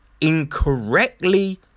incorrectly